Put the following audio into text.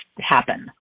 happen